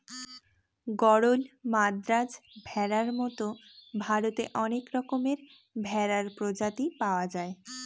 গরল, মাদ্রাজ ভেড়ার মতো ভারতে অনেক রকমের ভেড়ার প্রজাতি পাওয়া যায়